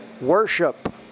worship